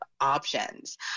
options